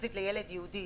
יחסית לילד יהודי,